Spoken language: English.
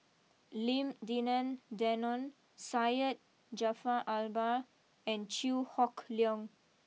Lim Denan Denon Syed Jaafar Albar and Chew Hock Leong